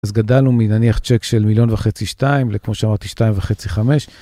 אז גדלנו מנניח צ'ק של מיליון וחצי שתיים לכמו שאמרתי שתיים וחצי חמש.